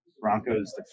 Bronco's